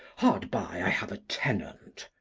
hard by i have a tenant.